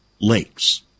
Lakes